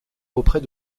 auprès